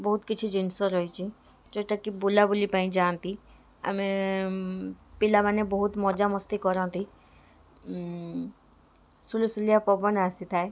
ବହୁତ କିଛି ଜିନିଷ ରହିଛି ଯେଉଁଟା କି ବୁଲାବୁଲି ପାଇଁ ଯାଆନ୍ତି ଆମେ ପିଲାମାନେ ବହୁତ ମଜାମସ୍ତି କରନ୍ତି ସୁଲୁସୁଲିଆ ପବନ ଆସିଥାଏ